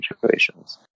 situations